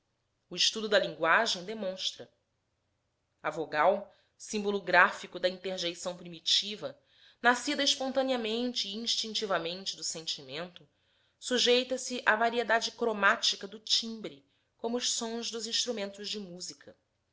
o estudo da linguagem demonstra a vogal símbolo gráfico da interjeição primitiva nascida espontaneamente e instintivamente do sentimento sujeita se à variedade cromática do timbre como os sons dos instrumentos de música